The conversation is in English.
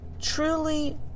truly